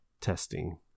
testing